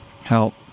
help